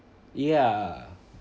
ya